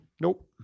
nope